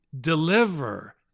deliver